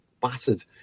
battered